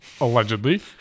allegedly